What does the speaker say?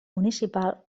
municipal